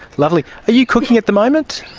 lovely. are you cooking at the moment?